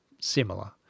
Similar